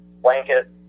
blanket